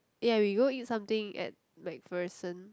ya we go eat something at MacPherson